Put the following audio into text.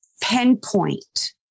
pinpoint